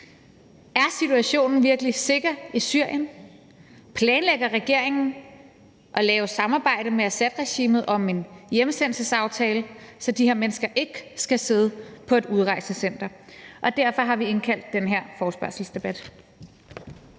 Er situationen virkelig sikker i Syrien? Planlægger regeringen at samarbejde med Assadregimet om en hjemsendelsesaftale, så de her mennesker ikke skal sidde på et udrejsecenter? Og derfor har vi indkaldt til den her forespørgselsdebat.